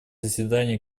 заседания